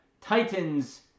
Titans